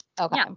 Okay